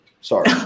Sorry